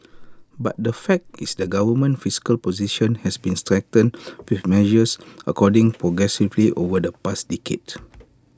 but the fact is the government's fiscal position has been strengthened with measures according progressively over the past decade